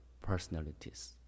personalities